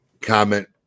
comment